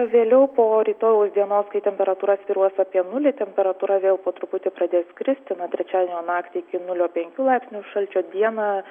vėliau po rytojaus dienos kai temperatūra svyruos apie nulį temperatūra vėl po truputį pradės kristi na trečiadienio naktį iki nulio penkių laipsnių šalčio dieną